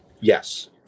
yes